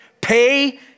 pay